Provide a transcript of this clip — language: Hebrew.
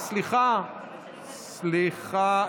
סליחה,